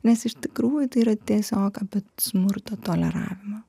nes iš tikrųjų tai yra tiesiog apie smurto toleravimą